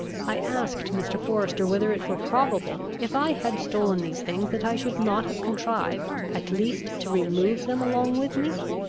i asked mr. forester, whether it were probable, if i had stolen these things, that i should not have contrived, at least to remove them along with me?